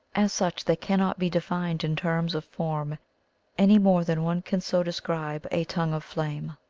as such they cannot be defined in terms of form any more than one can so de scribe a tongue of flame.